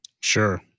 Sure